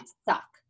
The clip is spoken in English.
suck